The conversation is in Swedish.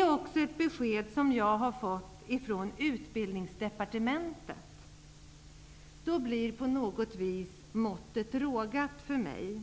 är ett besked som jag har fått från Utbildningsdepartementet. Detta har på något vis rågat måttet för mig.